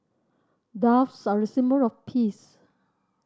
doves are a symbol of peace